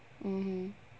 mmhmm